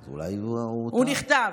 הוא נכתב.